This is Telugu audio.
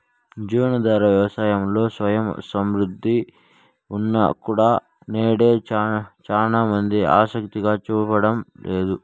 జీవనాధార వ్యవసాయంలో స్వయం సమృద్ధి ఉన్నా కూడా నేడు చానా మంది ఆసక్తి చూపడం లేదు